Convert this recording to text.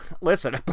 listen